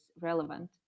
relevant